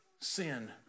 sin